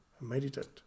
meditate